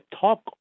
talk